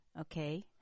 Okay